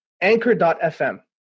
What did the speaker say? Anchor.fm